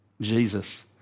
Jesus